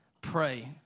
Pray